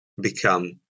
become